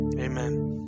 Amen